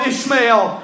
Ishmael